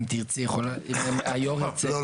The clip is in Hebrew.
אם היו"ר ירצה --- לא,